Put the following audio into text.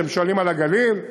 אתם שואלים על הגליל?